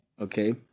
Okay